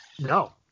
no